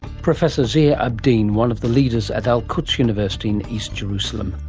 professor ziad abdeen, one of the leaders at al-quds university in east jerusalem.